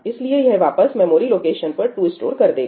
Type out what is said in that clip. इसलिए यह वापस मेमोरी लोकेशन पर 2 स्टोर कर देगा